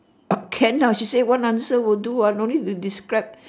but can lah she say one answer will do what don't need to describe